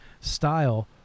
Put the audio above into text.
style